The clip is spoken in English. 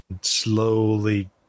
slowly